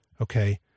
okay